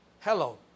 Hello